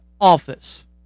office